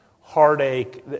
heartache